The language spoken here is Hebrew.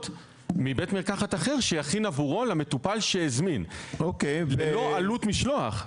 מבית מרקחת אחר שיכין עבורו למטופל שהזמין ללא עלות משלוח.